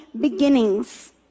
beginnings